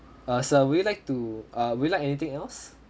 uh sir would you like to uh would you like anything else